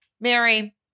Mary